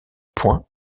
point